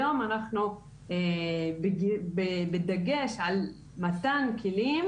היום אנחנו בדגש על מתן כלים,